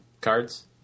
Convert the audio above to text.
cards